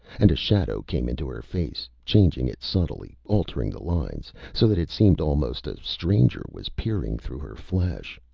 and a shadow came into her face, changing it subtly, altering the lines, so that it seemed almost a stranger was peering through her flesh.